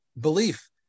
belief